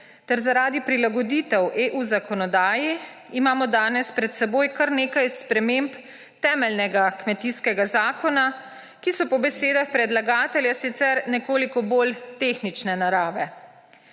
ter zaradi prilagoditev EU zakonodaji imamo danes pred seboj kar nekaj sprememb temeljnega kmetijskega zakona, ki so po besedah predlagatelja sicer nekoliko bolj tehnične narave.